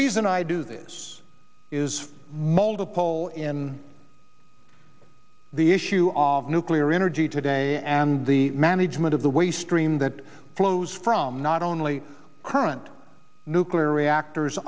reason i do this is multiple in the issue all nuclear energy today and the management of the waste that flows from not only current nuclear reactors